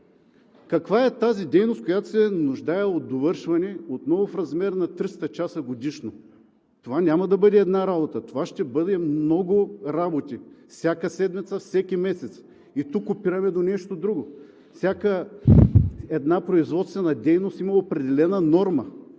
каква е тази дейност, която се нуждае от довършване, отново в размер на 300 часа годишно. Това няма да бъде една работа, това ще бъдат много работи – всяка седмица, всеки месец. Тук опираме до нещо друго – всяка една производствена дейност има определена норма,